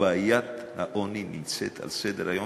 ובעיית העוני נמצאת על סדר-היום.